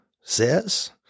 says